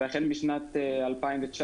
ואכן משנת 2019,